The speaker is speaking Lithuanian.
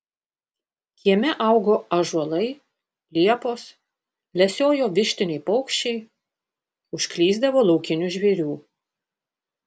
kieme augo ąžuolai liepos lesiojo vištiniai paukščiai užklysdavo laukinių žvėrių